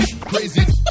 crazy